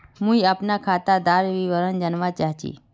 मुई अपना खातादार विवरण जानवा चाहची?